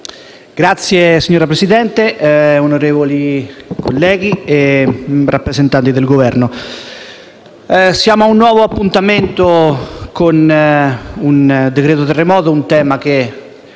*(M5S)*. Signor Presidente, onorevoli colleghi, signori rappresentanti del Governo, siamo ad un nuovo appuntamento con un decreto-legge terremoto, un tema che